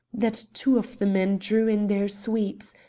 that two of the men drew in their sweeps,